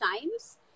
times